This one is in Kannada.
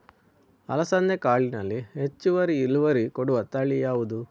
ಅಲಸಂದೆ ಕಾಳಿನಲ್ಲಿ ಹೆಚ್ಚು ಇಳುವರಿ ಕೊಡುವ ತಳಿ ಯಾವುದು?